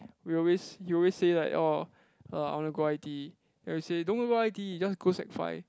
we always he always say like orh uh I want to go I_T_E then we say don't go I_T_E just go sec five